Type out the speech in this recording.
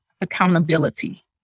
accountability